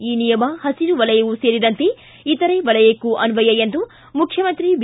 ಈ ನಿಯಮ ಹಸಿರು ವಲಯವೂ ಸೇರಿದಂತೆ ಇತರೆ ವಲಯಕ್ಕೂ ಅನ್ವಯ ಎಂದು ಮುಖ್ಯಮಂತ್ರಿ ಬಿ